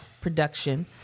production